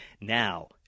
Now